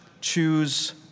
choose